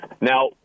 Now